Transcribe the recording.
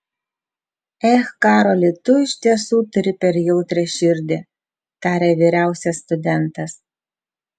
ech karoli tu iš tiesų turi per jautrią širdį tarė vyriausias studentas